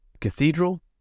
cathedral